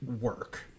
work